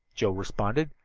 joe responded.